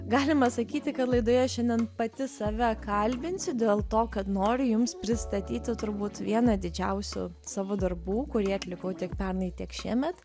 galima sakyti kad laidoje šiandien pati save kalbinsiu dėl to kad noriu jums pristatyti turbūt vieną didžiausių savo darbų kurį atlikau tiek pernai tiek šiemet